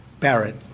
Barrett